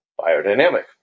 biodynamic